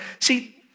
See